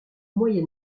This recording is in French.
moyen